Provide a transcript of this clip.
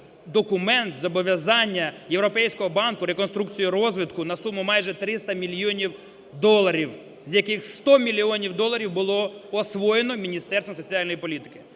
документ, зобов'язання Європейського банку реконструкцій і розвитку на суму майже 300 мільйонів доларів, з яких 100 мільйонів доларів було освоєно Міністерством соціальної політики.